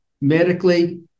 medically